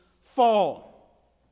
fall